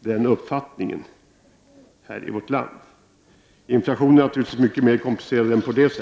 den uppfattningen i vårt land. Inflationens orsaker är na turligtvis mycket mera komplicerade.